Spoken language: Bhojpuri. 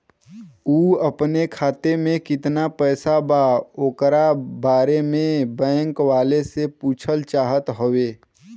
उ अपने खाते में कितना पैसा बा ओकरा बारे में बैंक वालें से पुछल चाहत हवे?